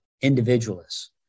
individualists